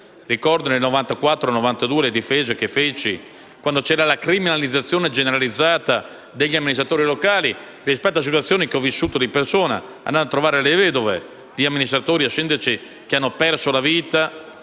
Ricordo, nel periodo 1992-1994, le difese che feci quando c'era la criminalizzazione generalizzata degli amministratori locali, rispetto a situazioni che ho vissuto di persona. Sono andato a trovare le vedove di amministratori e sindaci che hanno perso la vita